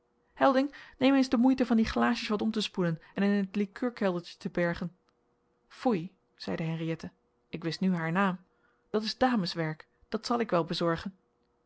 helding neem eens de moeite van die glaasjes wat om te spoelen en in het likeurkeldertje te bergen foei zeide henriëtte ik wist nu haar naam dat is dameswerk dat zal ik wel bezorgen